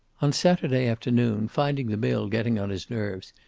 on saturday afternoon, finding the mill getting on his nerves,